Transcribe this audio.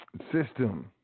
system